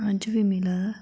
अज्ज बी मिला दा